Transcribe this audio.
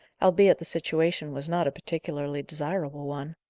albeit the situation was not a particularly desirable one.